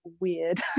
weird